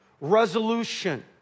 resolution